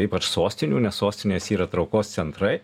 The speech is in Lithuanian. ypač sostinių nes sostinės yra traukos centrai